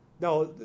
now